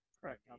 Correct